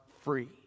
free